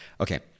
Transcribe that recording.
Okay